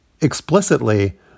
explicitly